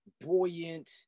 buoyant